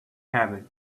haven’t